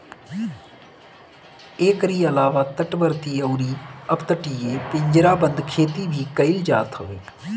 एकरी अलावा तटवर्ती अउरी अपतटीय पिंजराबंद खेती भी कईल जात हवे